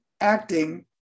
acting